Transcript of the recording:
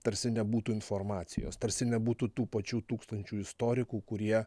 tarsi nebūtų informacijos tarsi nebūtų tų pačių tūkstančių istorikų kurie